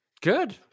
Good